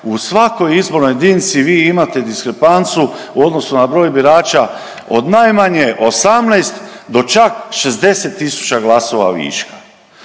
u svakoj izbornoj jedinici vi imate dikrepanciju u odnosu na broj birača od najmanje 18, do čak 60 tisuća glasova viška.